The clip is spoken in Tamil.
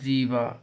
ஜீவா